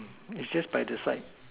mm it's just by the side